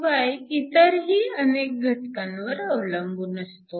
शिवाय इतरही अनेक घटकांवर अवलंबून असतो